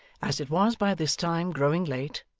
as it was by this time growing late,